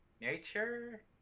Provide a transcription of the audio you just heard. Nature